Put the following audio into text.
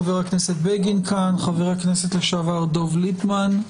נמצא אתנו חבר הכנסת בגין וחבר הכנסת לשעבר דב ליפמן.